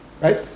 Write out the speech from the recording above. Right